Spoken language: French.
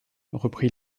reprit